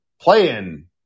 playing –